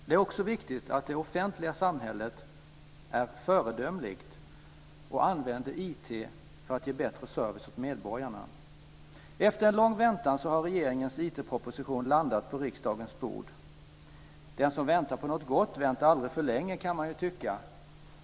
Det är också viktigt att det offentliga samhället är föredömligt och använder IT för att ge bättre service åt medborgarna. Efter en lång väntan har regeringens IT proposition landat på riksdagens bord. Den som väntar på något gott väntar aldrig för länge, kan man ju tycka.